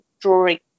drawing